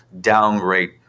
downgrade